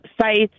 sites